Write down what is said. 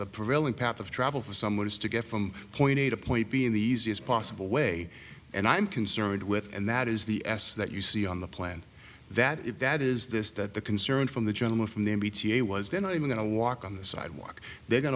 the prevailing path of travel for someone is to get from point a to point b in the easiest possible way and i'm concerned with and that is the s that you see on the plan that if that is this that the concern from the gentleman from the bta was there not even a walk on the sidewalk they're going